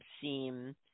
seem